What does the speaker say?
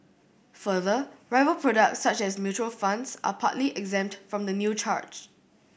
further rival products such as mutual funds are partly exempt from the new charge